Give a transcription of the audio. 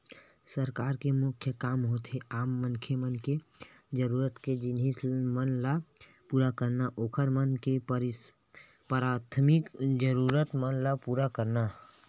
सरकार के मुख्य काम होथे आम मनखे मन के जरुरत के जिनिस मन ल पुरा करना, ओखर मन के पराथमिक जरुरत मन ल पुरा करना